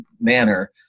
manner